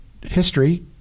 history